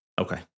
Okay